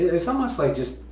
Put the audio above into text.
it's almost like, just.